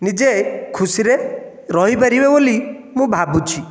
ନିଜେ ଖୁସିରେ ରହିପାରିବେ ବୋଲି ମୁଁ ଭାବୁଛି